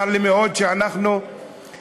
צר לי מאוד שאנחנו צריכים